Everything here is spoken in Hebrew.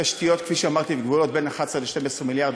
התשתיות, כפי שאמרתי, בין 11 ל-12 מיליארד.